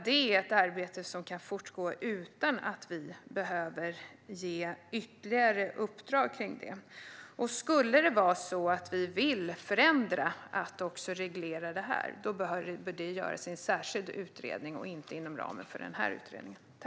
Detta är ett arbete som kan fortgå utan att vi behöver ge ytterligare uppdrag. Skulle vi vilja förändra så att även detta regleras behöver det göras i en särskild utredning och inte inom ramen för denna.